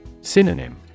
Synonym